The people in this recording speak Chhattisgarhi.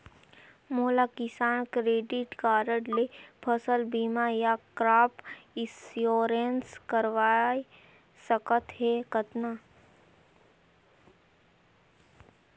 मोला किसान क्रेडिट कारड ले फसल बीमा या क्रॉप इंश्योरेंस करवा सकथ हे कतना?